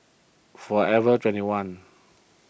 forever twenty one